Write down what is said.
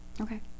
okay